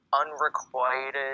unrequited